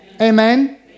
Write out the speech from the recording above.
Amen